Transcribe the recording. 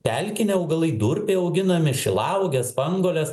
pelkiniai augalai durpėj auginami šilauogės spanguolės